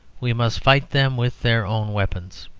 we must fight them with their own weapons.